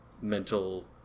mental